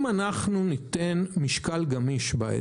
אם אנחנו ניתן משקל גמיש,